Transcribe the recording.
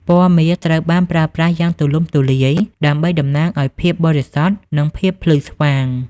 ពណ៌មាស ត្រូវបានប្រើប្រាស់យ៉ាងទូលំទូលាយដើម្បីតំណាងឱ្យភាពបរិសុទ្ធ និងភាពភ្លឺស្វាង។